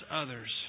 others